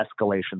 escalation